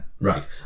Right